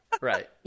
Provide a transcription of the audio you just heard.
right